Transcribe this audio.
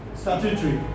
statutory